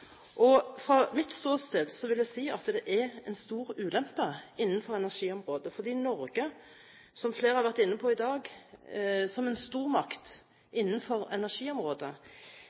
tas. Fra mitt ståsted vil jeg si at det er en stor ulempe innenfor energiområdet, fordi Norge, som flere har vært inne på i dag, er en stormakt innenfor energiområdet